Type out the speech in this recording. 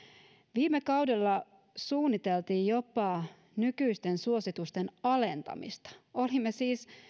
viime kaudella suunniteltiin jopa nykyisten suositusten alentamista olimme siis